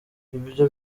ibyo